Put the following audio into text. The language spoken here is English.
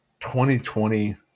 2020